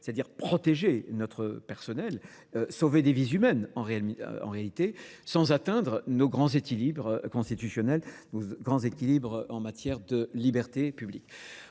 c'est-à-dire protéger notre personnel, sauver des vies humaines en réalité, sans atteindre nos grands équilibres constitutionnels, nos grands équilibres en matière de liberté publique.